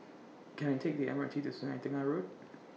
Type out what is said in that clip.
Can I Take The M R T to Sungei Tengah Road